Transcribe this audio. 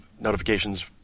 notifications